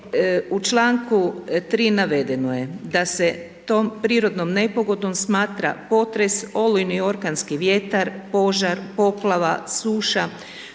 u čl. 3. navedeno je da se tom prirodnom nepogodom smatra potres, olujni orkanski vjetar, požar, poplava, suša,